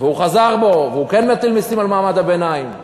והוא חזר בו והוא כן מטיל מסים על מעמד הביניים.